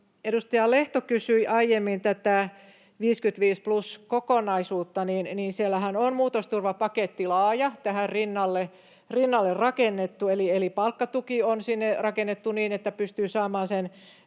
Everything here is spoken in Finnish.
Edustaja Lehto kysyi aiemmin tästä 55 plus -kokonaisuudesta. Siellähän on laaja muutosturvapaketti tähän rinnalle rakennettu, eli palkkatuki on sinne rakennettu niin, että pystyy palaamaan